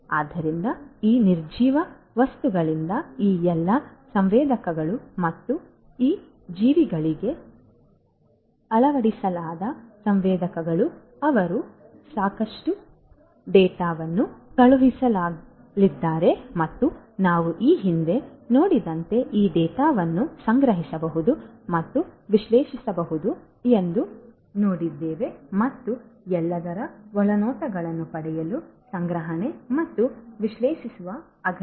ಆದ್ದರಿಂದ ಈ ನಿರ್ಜೀವ ವಸ್ತುಗಳಿಂದ ಈ ಎಲ್ಲಾ ಸಂವೇದಕಗಳು ಮತ್ತು ಈ ಜೀವಿಗಳಿಗೆ ಅಳವಡಿಸಲಾದ ಸಂವೇದಕಗಳು ಅವರು ಸಾಕಷ್ಟು ಡೇಟಾವನ್ನು ಕಳುಹಿಸಲಿದ್ದಾರೆ ಮತ್ತು ನಾವು ಈ ಹಿಂದೆ ನೋಡಿದಂತೆ ಈ ಡೇಟಾವನ್ನು ಸಂಗ್ರಹಿಸಬಹುದು ಮತ್ತು ವಿಶ್ಲೇಷಿಸಬಹುದು ಏನು ನಡೆಯುತ್ತಿದೆ ಎಂಬುದರ ಬಗ್ಗೆ ಒಳನೋಟಗಳನ್ನು ಪಡೆಯಲು ಸಂಗ್ರಹಣೆ ಮತ್ತು ವಿಶ್ಲೇಷಿಸುವುದು ಅಗತ್ಯ